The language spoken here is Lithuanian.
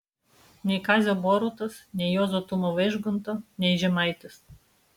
nei kazio borutos nei juozo tumo vaižganto nei žemaitės